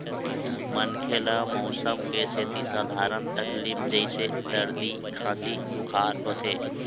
मनखे ल मउसम के सेती सधारन तकलीफ जइसे सरदी, खांसी, बुखार होथे